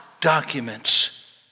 documents